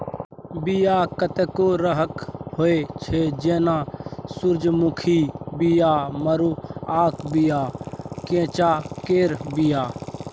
बीया कतेको करहक होइ छै जेना सुरजमुखीक बीया, मरुआक बीया आ रैंचा केर बीया